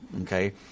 okay